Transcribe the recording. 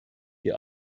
die